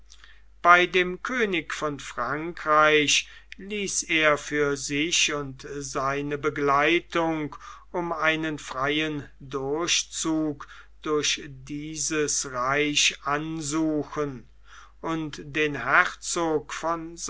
bei dem könig von frankreich ließ er für sich und seine begleitung um einen freien durchzug durch dieses reich ansuchen und den herzog von